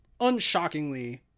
unshockingly